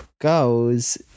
goes